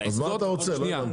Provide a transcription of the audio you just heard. אז מה אתה רוצה, לא הבנתי?